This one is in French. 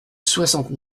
soixante